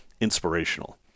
inspirational